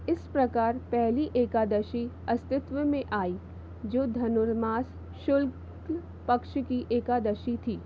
इस प्रकार पहली एकादशी अस्तित्व में आई जो धनुर्मास शुल्क पक्ष की एकादशी थी